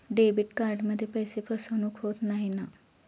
Debit कार्डमध्ये पैसे फसवणूक होत नाही ना?